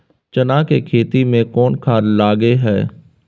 चना के खेती में कोन खाद लगे हैं?